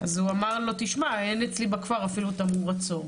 אז הוא אמר לו תשמע אין אצלי בכפר אפילו תמרור עצור,